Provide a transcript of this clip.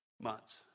months